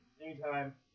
anytime